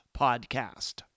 podcast